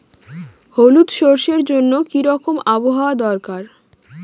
হলুদ সরষে জন্য কি রকম আবহাওয়ার দরকার?